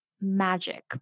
magic